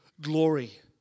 glory